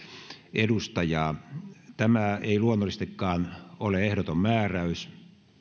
edustajaa tämä ei luonnollisestikaan ole ehdoton määräys